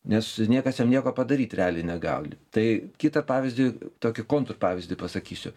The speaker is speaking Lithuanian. nes niekas jam nieko padaryt realiai negali tai kitą pavyzdį tokį kontrpavyzdį pasakysiu